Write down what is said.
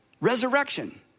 resurrection